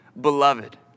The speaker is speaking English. Beloved